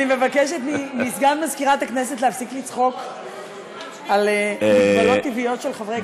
של חברת הכנסת איילת נחמיאס ורבין.